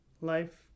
life